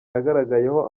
yagaragayemo